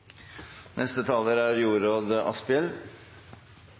neste omgang. Neste taler er